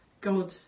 god